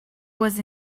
was